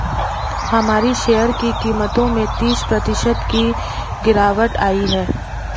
हमारे शेयर की कीमतों में तीस प्रतिशत की गिरावट आयी है